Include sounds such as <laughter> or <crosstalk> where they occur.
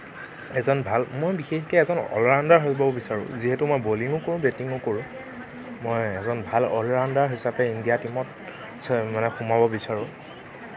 এজন ভাল মই বিশেষকে এজন অলৰাউণ্ডাৰ হ'ব বিচাৰোঁ যিহেতু মই বলিঙো কৰোঁ বেটিঙো কৰোঁ মই এজন ভাল অলৰাউণ্ডাৰ হিচাপে ইণ্ডিয়া টীমত <unintelligible> মানে সোমাব বিচাৰোঁ